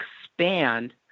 expand